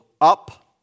up